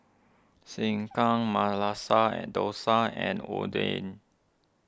Sekihan Masala and Dosa and Oden